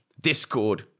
Discord